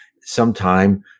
sometime